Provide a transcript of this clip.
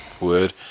Word